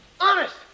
Honest